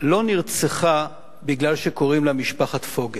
לא נרצחה מפני שקוראים לה משפחת פוגל.